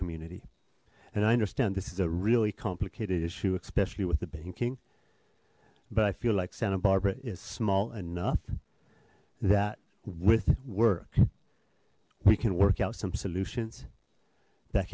community and i understand this is a really complicated issue especially with the banking but i feel like santa barbara is small enough that with work we can work out some solutions that